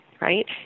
right